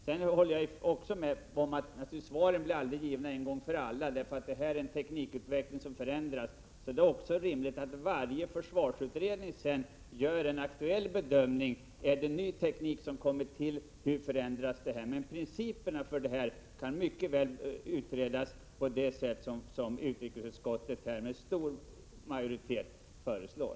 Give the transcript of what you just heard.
Sedan håller jag med om att svaren aldrig blir givna en gång för alla, eftersom det här gäller en teknikutveckling som förändras. Det är rimligt att varje försvarsutredning gör en aktuell bedömning: Har ny teknik kommit till? Hur förändras behoven genom detta? Men principerna kan mycket väl utredas på det sätt som utrikesutskottet här med stor majoritet föreslår.